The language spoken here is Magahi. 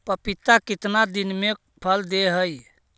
पपीता कितना दिन मे फल दे हय?